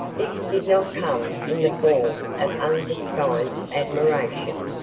this did not come in the form of undisguised admiration.